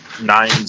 nine